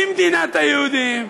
במדינת היהודים,